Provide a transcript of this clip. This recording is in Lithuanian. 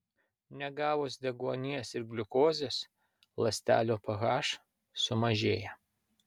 negavus deguonies ir gliukozės ląstelių ph sumažėja